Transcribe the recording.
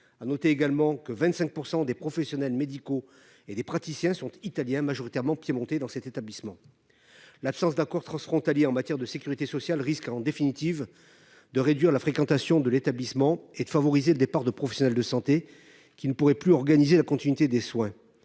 % en chirurgie - et 25 % des professionnels médicaux et praticiens de cet établissement sont italiens, majoritairement piémontais. L'absence d'accord transfrontalier en matière de sécurité sociale risque, en définitive, de réduire la fréquentation de l'établissement et de favoriser le départ des professionnels de santé qui ne pourraient plus organiser la continuité des soins.